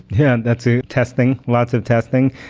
yeah, that's ah testing. lots of testing.